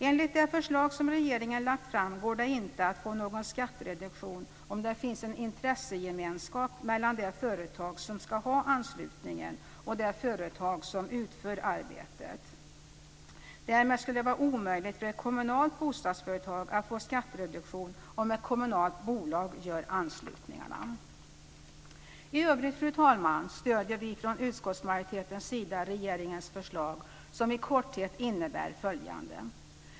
Enligt det förslag som regeringen lagt fram går det inte att få någon skattereduktion om det finns en intressegemenskap mellan det företag som ska ha anslutningen och det företag som utför arbetet. Därmed skulle det vara omöjligt för ett kommunalt bostadsföretag att få skattereduktion om ett kommunalt bolag gör anslutningarna. I övrigt, fru talman, stöder vi från utskottsmajoritetens sida regeringens förslag, som i korthet innebär följande.